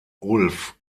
ulf